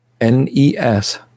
NES